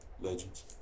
legends